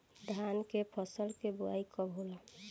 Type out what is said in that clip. धान के फ़सल के बोआई कब होला?